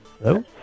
Hello